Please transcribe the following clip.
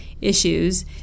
issues